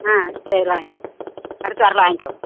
ஆ சரி வாங்கிக்கோங்க அடுத்து வர்றதுல வாங்கிக்கோங்க